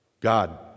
God